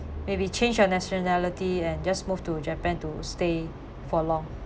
maybe change your nationality and just move to japan to stay for long